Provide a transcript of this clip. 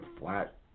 flat